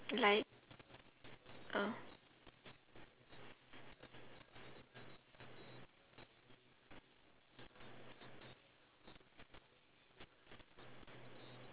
like uh